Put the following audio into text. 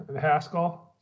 Haskell